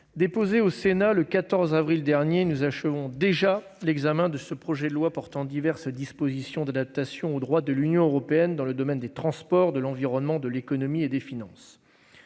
ministre, mes chers collègues, nous achevons déjà l'examen de ce projet de loi portant diverses dispositions d'adaptation au droit de l'Union européenne dans le domaine des transports, de l'environnement, de l'économie et des finances,